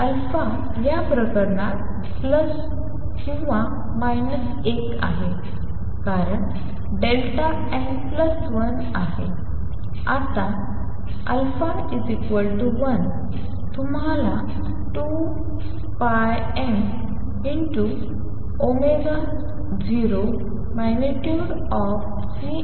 आता या प्रकरणात ± 1 आहे कारण Δ n 1 आहे